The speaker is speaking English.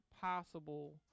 possible